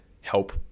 help